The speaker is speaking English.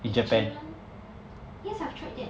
ichiran yes I've tried that